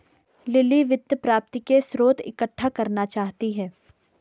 lily वित्त प्राप्ति के स्रोत इकट्ठा करना चाहती है